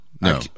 No